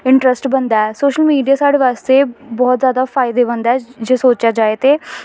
interest बनदा ऐ social media साढ़े बास्तै बौह्त जैदा फायदेमंद ऐ सोचेआ जाए ते